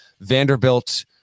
Vanderbilt